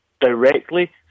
directly